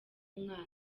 umwana